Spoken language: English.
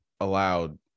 allowed